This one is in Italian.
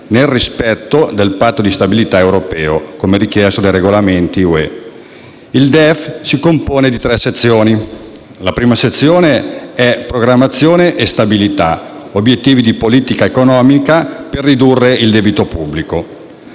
nel rispetto del Patto di stabilità europeo, come richiesto dai regolamenti UE. II DEF si compone di tre sezioni. La prima sezione tratta del Programma di stabilità, ovvero degli obiettivi di politica economica per ridurre il debito pubblico.